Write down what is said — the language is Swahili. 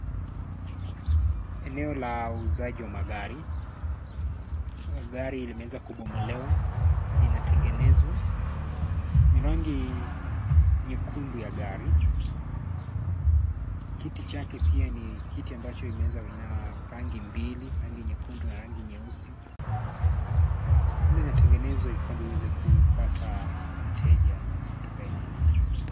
Eneo la uuzaji wa magari. Gari limeeza kubomolewa, inatengenezwa. Ni rangi nyekundu ya gari. Kiti chake pia ni kiti ambacho ina rangi mbili, rangi nyekundu na rangi nyeusi. Ile inatengenezwa kwamba iweze kupata mteja atakayenunua.